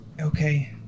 okay